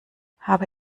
habe